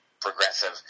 progressive